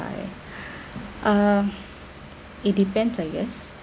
uh it depends I guess